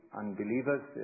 unbelievers